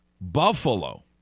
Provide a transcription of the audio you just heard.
Buffalo